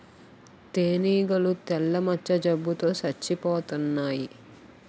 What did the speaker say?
తేనీగలు తెల్ల మచ్చ జబ్బు తో సచ్చిపోతన్నాయి